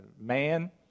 man